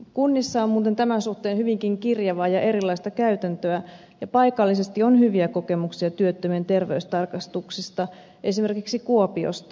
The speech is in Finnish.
kunnissa on muuten tämän suhteen hyvinkin kirjavaa ja erilaista käytäntöä ja paikallisesti on hyviä kokemuksia työttömien terveystarkastuksista esimerkiksi kuopiosta